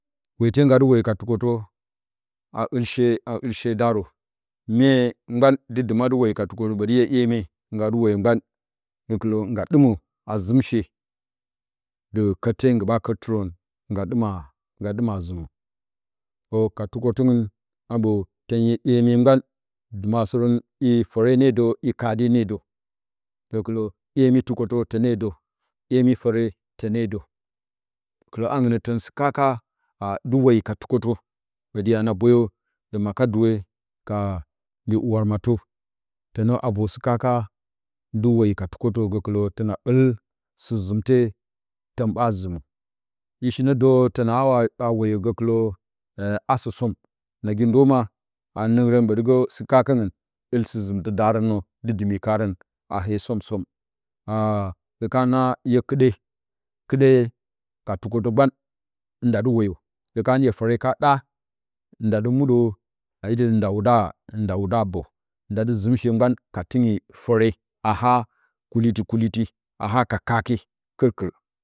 Waite ngadɨ woyəka tukəkə a ulabe a ulshedarə mye ngban de dɨma dɨ woyi ka tukətə ɓoti hye hyeme ngadɨ woyo gban zəkəjə nga ɗimə a zimshe dɨ kətte ngɨɓa kəttɨrən nga dɨma nga dɨma zimə o ka tukəttung aɓo tən hye hyeme gban dumasərən ifore ne də i kade ne də gəkɨlə hyemi tukətə ne də hyemifore tane də gwaaungnə ton sɨ kaka a dɨ wayi ka tukətə bofi ya na boyə ndu makaduwe ka gi walmatə tona a vor sɨ vaka dɨ woyi ka tukətə gəkɨlə tona ul sɨzimte tən ba nzimə ishina do tona wad woyə gakulə asə som nagi ndoma a nongrən ɓatɨgə sɨ kakəungn ul sɨ zizumtɨdarən nə dɨ dimi karən a hue som som aaa hye ka na hye kɨɗe kɨɗe ka tukətə gban ndadɨ woyə hykaniyə dore ka ɗa ndadɨ modə a iki nda wudaa ndawuda mbo ndadɨ zimshe gban ka tingui fore aha kuliti kuliti aha ka kake kirkir.